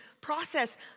process